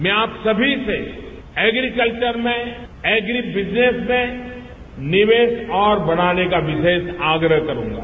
मैं आप सभी से एग्री कल्वर में एग्री बिजनेस में निवेश और बनाने का विशेष आग्रह करूंगा